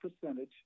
percentage